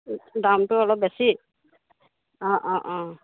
দামটো অলপ বেছি অঁ অঁ অঁ